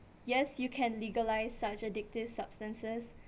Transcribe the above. yes you can legalise such addictive substances